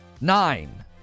Nine